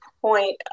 point